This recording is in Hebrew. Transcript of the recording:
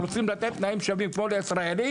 הם רוצים לתת להם כמו לישראלי,